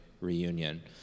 reunion